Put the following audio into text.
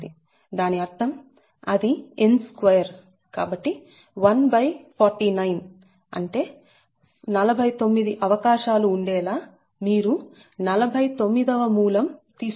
దాని అర్థం అది n2 కాబట్టి 149 అంటే 49 అవకాశాలు ఉండే లా మీరు 49 యొక్క మూలం తీసుకోవాలి